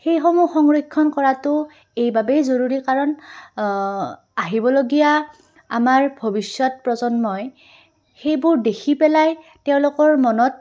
সেইসমূহ সংৰক্ষণ কৰাটো এইবাবেই জৰুৰী কাৰণ আহিবলগীয়া আমাৰ ভৱিষ্যত প্ৰজন্মই সেইবোৰ দেখি পেলাই তেওঁলোকৰ মনত